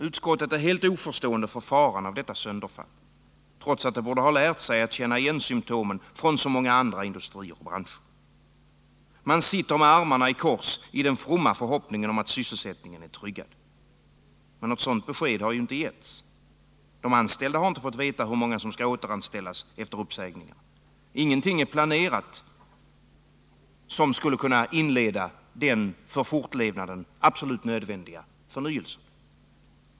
Utskottet är helt oförstående till faran av detta sönderfall, trots att man borde ha lärt sig känna igen symtomen från så många andra industrier och branscher. Man sitter med armarna i kors i den fromma förhoppningen att sysselsättningen är tryggad. Men något sådant besked har inte getts. De anställda har inte fått veta hur många som skall återanställas efter uppsägningarna. Ingenting är planerat som skulle kunna inleda den för fortlevnaden absolut nödvändiga förnyelsen.